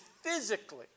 physically